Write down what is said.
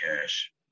cash